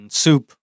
soup